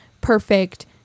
perfect